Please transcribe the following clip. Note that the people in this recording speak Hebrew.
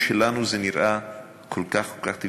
שלנו זה נראה כל כך כל כך טבעי.